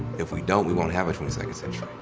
if we don't we won't have a twenty-second century.